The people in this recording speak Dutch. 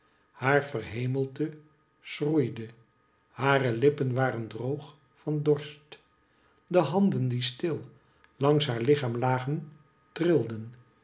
haar verhemelte schroeide hare lippen waren droog van dorst de handen die stil langs haar lichaam lagen trilden